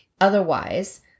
otherwise